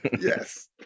Yes